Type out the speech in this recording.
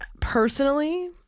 personally